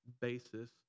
basis